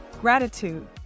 Gratitude